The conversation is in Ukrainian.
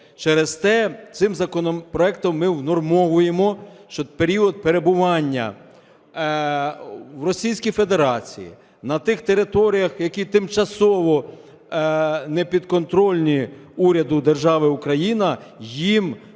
Через те цим законопроектом ми внормовуємо, що період перебування в Російській Федерації, на тих територіях, які тимчасово не підконтрольні уряду держави Україна, їм після